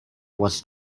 was